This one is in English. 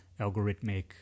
algorithmic